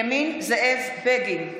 (קוראת בשמות